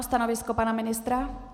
Stanovisko pana ministra?